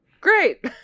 great